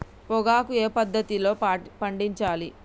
పొగాకు ఏ పద్ధతిలో పండించాలి?